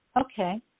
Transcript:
okay